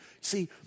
See